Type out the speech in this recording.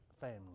family